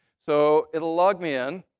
so it'll log me in.